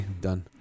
Done